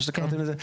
מה שקראתם לזה?